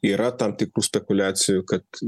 yra tam tikrų spekuliacijų kad